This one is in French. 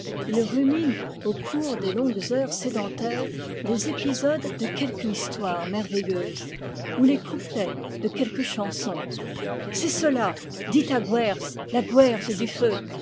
ils ruminent au cours des longues heures sédentaires les épisodes de quelque histoire merveilleuse ou les couplets de quelque chanson c'est cela dis ta gwerz la gwerz du feu